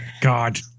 God